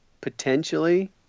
potentially